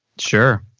sure.